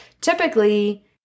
typically